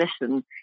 listen